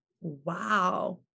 Wow